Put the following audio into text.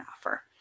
offer